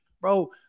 Bro